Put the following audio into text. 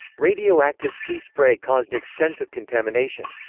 radioactive sea spray caused extensive contamination.